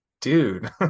dude